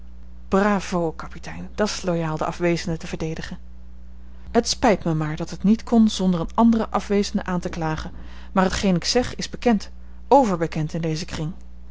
bravo kapitein dat's loyaal de afwezende te verdedigen het spijt mij maar dat het niet kon zonder een anderen afwezende aan te klagen maar hetgeen ik zeg is bekend ver bekend in dezen kring